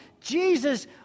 Jesus